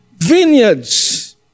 vineyards